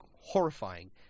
horrifying